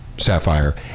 Sapphire